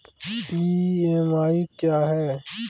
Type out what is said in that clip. EMI क्या है?